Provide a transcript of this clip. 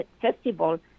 festival